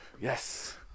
Yes